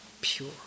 pure